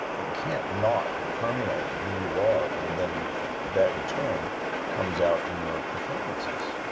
it can't not permeate who you are, and then that in turn comes out in your performances.